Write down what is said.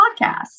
podcast